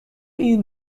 این